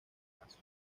caso